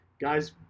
Guy's